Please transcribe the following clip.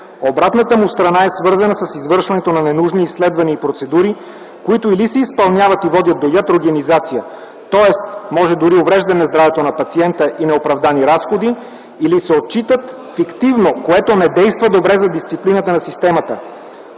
Обратната му страна е свързана с извършването на ненужни изследвания и процедури, които или се изпълняват и водят до ятрогенизация, т.е. може дори увреждане здравето на пациента и неоправдани разходи, или се отчитат фиктивно, което не действа добре за дисциплината на системата.